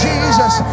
Jesus